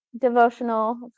devotional